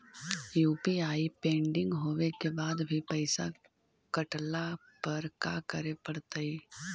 UPI pending होवे के बाद भी पैसा कटला पर का करे पड़तई?